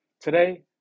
Today